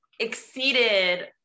exceeded